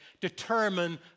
determine